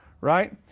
right